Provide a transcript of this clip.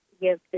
give